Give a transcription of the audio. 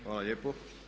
Hvala lijepo.